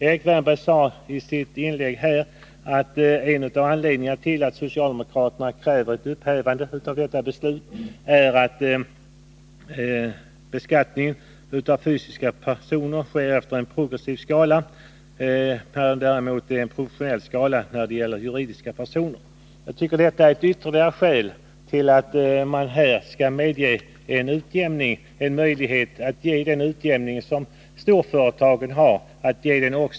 Erik Wärnberg sade i sitt inlägg att en av anledningarna till att socialdemokraterna kräver ett upphävande av detta beslut är att fysiska personer beskattas efter en progressiv skala, medan juridiska personer beskattas efter en proportionell skala. Det anser jag är ytterligare ett skäl till att ge egenföretagen samma möjligheter till utjämning som storföretagen har.